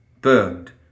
burned